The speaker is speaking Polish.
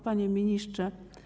Panie Ministrze!